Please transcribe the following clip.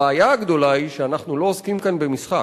הבעיה הגדולה היא שאנחנו לא עוסקים כאן במשחק,